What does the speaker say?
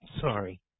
Sorry